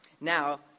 Now